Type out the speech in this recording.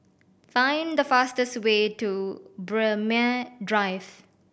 find the fastest way to Braemar Drive